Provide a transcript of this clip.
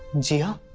jia?